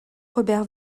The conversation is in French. robert